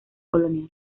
colonial